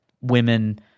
women